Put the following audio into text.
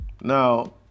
Now